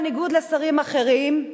בניגוד לשרים אחרים,